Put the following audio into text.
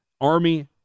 Army-